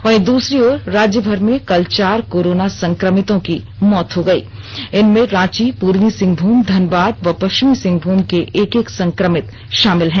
वहीं दूसरी ओर राज्य भर में कल चार कोरोना संक्रमितों की मौत हो गयी इनमें रांची पूर्वी सिंहभूम धनबाद व पसिंहभूम के एक एक संक्रमित शामिल हैं